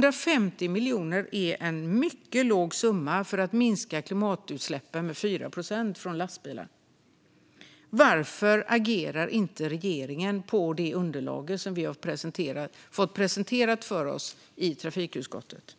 Det är en mycket låg summa för att minska klimatutsläppen från lastbilar med 4 procent. Varför agerar inte regeringen på det underlag som vi har fått presenterat för oss i trafikutskottet?